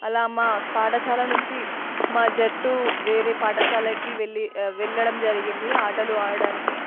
అలా మా పాఠశాల నుంచి మా జట్టు వేరే పాఠశాలకి వెళ్ళి వెళ్ళడం జరిగింది ఆటలు ఆడడానికి